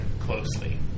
closely